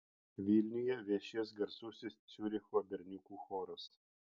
vilniuje viešės garsusis ciuricho berniukų choras